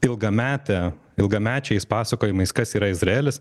ilgamete ilgamečiais pasakojimais kas yra izraelis